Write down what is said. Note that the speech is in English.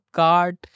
card